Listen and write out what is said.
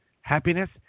happiness